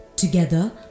Together